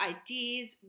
ideas